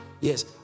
Yes